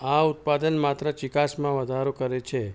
આ ઉત્પાદન માત્ર ચીકાશમાં વધારો કરે છે